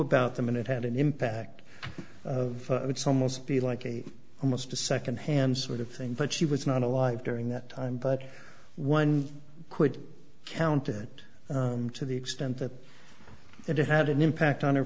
about them and it had an impact it's almost be like almost a second hand sort of thing but she was not alive during that time but one quick counted to the extent that it had an impact on her